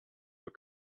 your